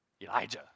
Elijah